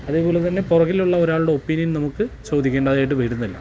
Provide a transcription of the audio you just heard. അതേപോലെ തന്നെ പുറകിലുള്ള ഒരാളുടെ ഒപ്പീനിയൻ നമുക്ക് ചോദിക്കേണ്ടതായിട്ട് വരുന്നില്ല